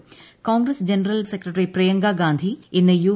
Congress general secretary Priyanka Gandhi ഇന്ന് U